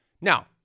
Now